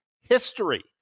history